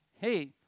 hey